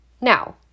Now